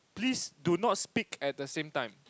please do not speak at the same time